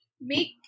Make